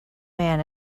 man